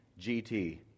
GT